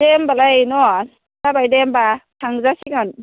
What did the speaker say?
दे होमबालाय न' जाबाय दे होमबा थांजासिगोन